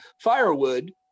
firewood